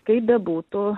kaip bebūtų